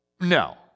No